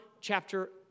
chapter